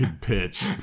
pitch